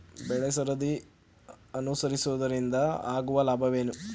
ಬೆಳೆಸರದಿ ಅನುಸರಿಸುವುದರಿಂದ ಆಗುವ ಲಾಭವೇನು?